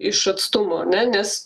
iš atstumo ane nes